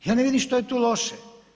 Ja ne vidim što je tu loše.